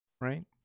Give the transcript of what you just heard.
right